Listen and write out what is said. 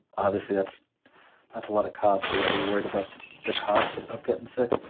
obviously that's a lot of cost. are you are you worried about the cost of of gettin' sick?